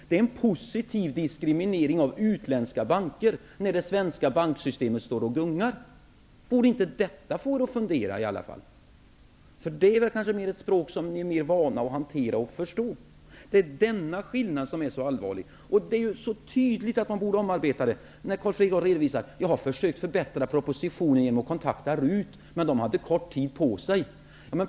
Det är en positiv diskriminering av utländska banker, när det svenska banksystemet står och gungar. Borde inte detta få er att fundera i alla fall? Det är kanske ett språk som ni är mera vana vid att hantera och förstå. Det är denna skillnad som är så allvarlig. Det är så tydligt att lagen borde omarbetas. Carl Fredrik Graf sade att han hade försökt förbättra propositionen genom att kontakta RUT, som dock hade ont om tid.